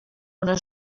una